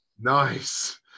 Nice